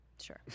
Sure